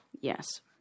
Yes